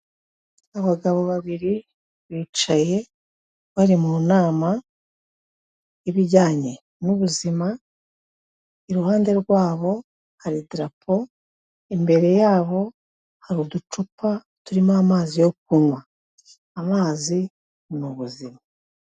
Abagabo babiri bicaye bari mu nama y'ibijyanye n'ubuzima, iruhande rwabo hari idarapo, imbere yabo hari uducupa turimo amazi yo kunywa. Amazi ni ubuzima.